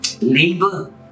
Labor